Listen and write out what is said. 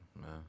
man